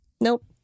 Nope